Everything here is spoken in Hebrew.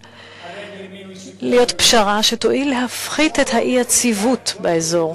להיות פשרה שתועיל להפחית את האי-יציבות באזור,